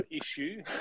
issue